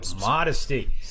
modesty